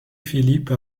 philippe